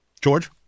George